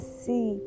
see